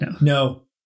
no